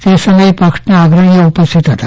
તે સમયે પક્ષના અગ્રણીઓ ઉપસ્થિત હતા